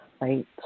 Right